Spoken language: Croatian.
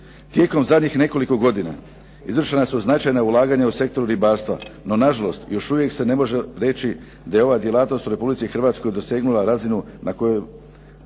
Tijekom zadnjih nekoliko godina izvršena su značajna ulaganja u sektoru ribarstva, no nažalost još uvijek se ne može reći da je ova djelatnost u Republici Hrvatskoj dosegnula razinu na kojoj